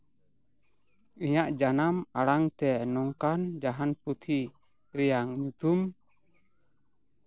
ᱤᱧᱟᱹᱜ ᱡᱟᱱᱟᱢ ᱟᱲᱟᱝᱛᱮ ᱱᱚᱝᱠᱟᱱ ᱡᱟᱦᱟᱱ ᱯᱩᱛᱷᱤ ᱨᱮᱭᱟᱜ ᱧᱩᱛᱩᱢ